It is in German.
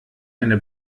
eine